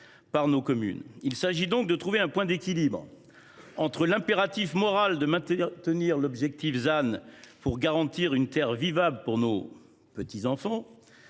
Il s’agit de trouver un point d’équilibre entre l’impératif moral de maintenir l’objectif ZAN pour garantir une terre vivable pour nos petits enfants,